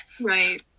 Right